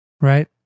right